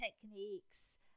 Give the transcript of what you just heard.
techniques